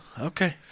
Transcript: Okay